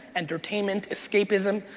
entertainment, escapism,